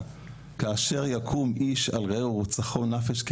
כאשר יקום איש על רעיהו ורצחו נפש,